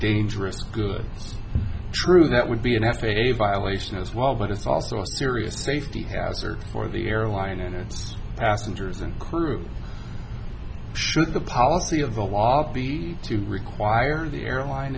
dangerous goods true that would be an f a a violation as well but it's also a serious safety hazard for the airline and its passengers and crew should the policy of the law be to require the airline